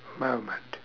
moment